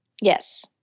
Yes